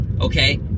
okay